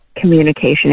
communication